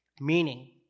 Meaning